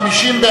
התשס"ט 2009,